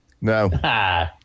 No